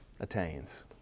attains